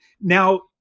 now